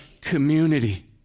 community